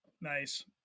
Nice